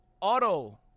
auto